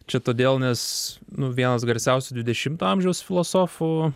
čia todėl nes nu vienas garsiausių dvidešimto amžiaus filosofų